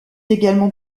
également